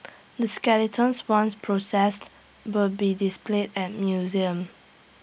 the skeletons once processed will be displayed at museum